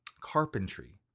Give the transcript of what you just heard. carpentry